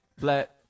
Black